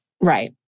Right